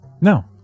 No